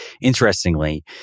interestingly